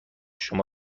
شما